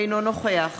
אינו נוכח